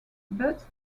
but